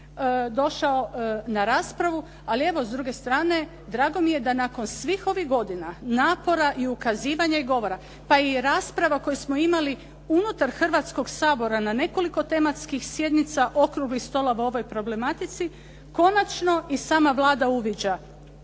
došao na raspravu, ali evo s druge strane drago mi je da nakon svih ovih godina napora i ukazivanja i govora, pa i rasprava koje smo imali unutar Hrvatskog sabora na nekoliko tematskih sjednica, okruglih stolova o ovoj problematici konačno i sama Vlada uviđa